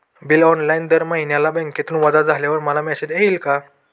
Bill online दर महिन्याला बँकेतून वजा झाल्यावर मला मेसेज येईल का?